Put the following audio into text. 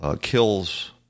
kills